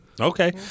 Okay